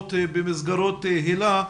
לרבות במסגרת היל"ה,